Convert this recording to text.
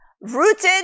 rooted